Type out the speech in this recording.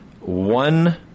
one